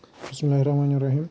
بِسمہ اللہ الرحمٰن الرحیٖم